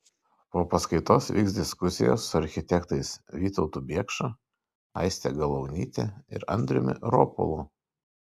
po paskaitos vyks diskusijos su architektais vytautu biekša aiste galaunyte ir andriumi ropolu